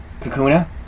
Kakuna